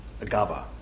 Agava